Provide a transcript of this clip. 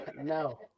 No